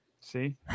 see